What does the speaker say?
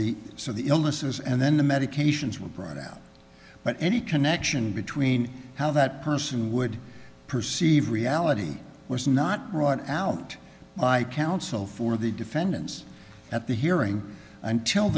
the so the illnesses and then the medications were brought out but any connection between how that person would perceive reality was not brought out by counsel for the defendants at the hearing until